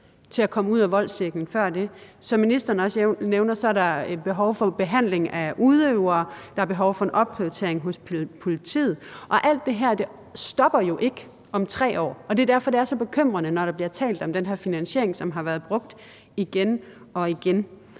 til at komme ud af voldscirklen før det. Som ministeren også nævner, er der et behov for behandling af udøvere, og der er behov for en opprioritering hos politiet. Og alt det her stopper jo ikke om 3 år, og det er derfor, det er så bekymrende, når der bliver talt om den her finansiering, som har været brugt igen og igen.